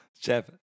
Jeff